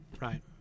right